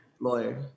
Lawyer